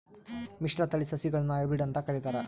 ಮಿಶ್ರತಳಿ ಸಸಿಗುಳ್ನ ಹೈಬ್ರಿಡ್ ಅಂತ ಕರಿತಾರ